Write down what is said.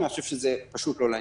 אני חושב שזה פשוט לא לעניין.